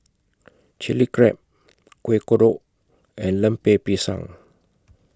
Chili Crab Kueh Kodok and Lemper Pisang